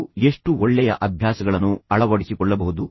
ನೀವು ಎಷ್ಟು ಒಳ್ಳೆಯ ಅಭ್ಯಾಸಗಳನ್ನು ಅಳವಡಿಸಿಕೊಳ್ಳಬಹುದು